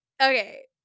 okay